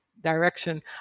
direction